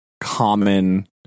common